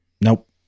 Nope